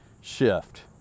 shift